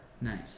Nice